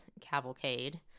cavalcade